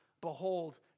Behold